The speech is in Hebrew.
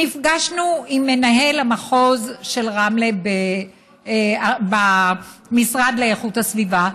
נפגשנו עם מנהל המחוז של רמלה במשרד לאיכות הסביבה,